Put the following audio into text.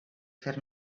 fer